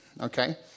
okay